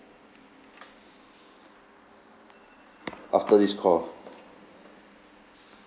after this call